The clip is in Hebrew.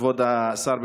כבוד השר,